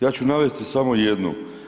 Ja ću navesti samo jednu.